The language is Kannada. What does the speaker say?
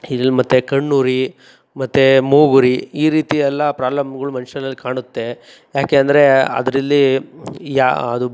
ಇದ್ರಿಂದ ಮತ್ತು ಕಣ್ಣುರಿ ಮತ್ತು ಮೂಗುರಿ ಈ ರೀತಿಯೆಲ್ಲ ಪ್ರಾಬ್ಲಮ್ಗಳು ಮನುಷ್ಯನಲ್ಲಿ ಕಾಣುತ್ತೆ ಯಾಕೆ ಅಂದರೆ ಅದರಲ್ಲಿ ಯಾ ಅದು